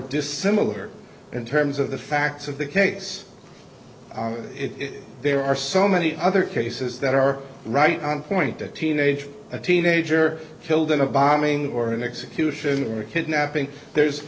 dissimilar in terms of the facts of the case there are so many other cases that are right on point a teenage a teenager killed in a bombing or an execution or a kidnapping there's